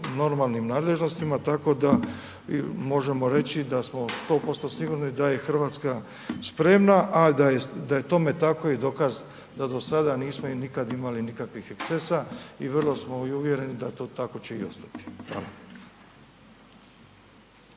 normalnim nadležnostima, tako da možemo reći da smo 100% sigurni da je Hrvatska spremna. A da je tome tako i dokaz da do sada nikada nismo imali nikakvih ekscesa i vrlo smo i uvjereni da to tako će i ostati.